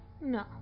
No